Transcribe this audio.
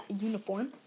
uniform